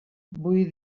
vull